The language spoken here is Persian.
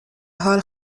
حال